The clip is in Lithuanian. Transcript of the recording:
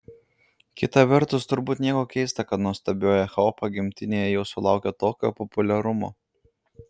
kita vertus turbūt nieko keista kad nuostabioji epocha gimtinėje jau sulaukė tokio populiarumo